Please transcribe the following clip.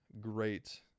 great